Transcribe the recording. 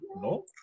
no